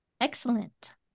Excellent